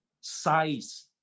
size